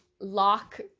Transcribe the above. lock